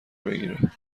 بگیره